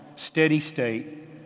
steady-state